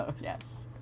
Yes